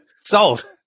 sold